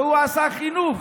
והוא עשה חינוך,